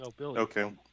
Okay